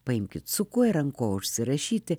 paimkit su kuo ir ant ko užsirašyti